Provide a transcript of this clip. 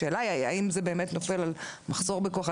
השאלה היא האם זה באמת נופל על מחסור בכוח אדם.